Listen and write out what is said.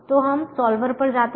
तो हम सॉल्वर पर जाते हैं